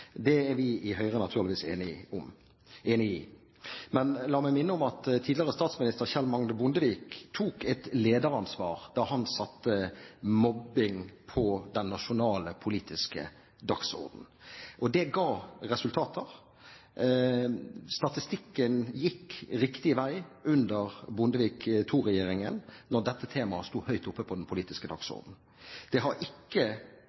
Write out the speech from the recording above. Det er vi i Høyre naturligvis enig i. Men la meg minne om at tidligere statsminister Kjell Magne Bondevik tok et lederansvar da han satte mobbing på den nasjonale politiske dagsorden. Det ga resultater. Statistikken gikk riktig vei under Bondevik II-regjeringen, da dette temaet sto høyt oppe på den politiske dagsorden. Det har ikke